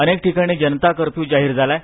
अनेक ठिकाणी जनता कर्फ्यू जाहीर झाला आहे